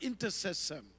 intercessor